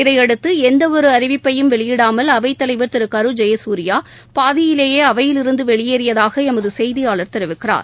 இதயைடுத்து எந்த ஒரு அறிவிப்பையும் வெளியிடாமல் அவைத்தலைவா் திரு கரு ஜெயசூரியா பாதியிலேயே அவையிலிருந்து வெளியேறியதாக எமது செய்தியாளர் தெரிவிக்கிறார்